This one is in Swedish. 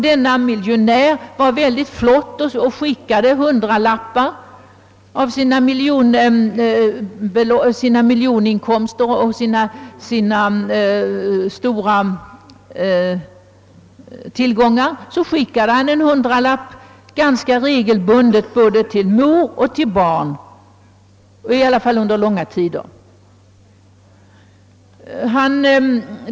Denne miljonär var mycket flott och skickade av sina stora tillgångar en hundralapp ganska regelbundet både till mor och till barn under långa tider.